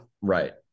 right